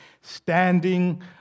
standing